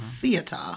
theater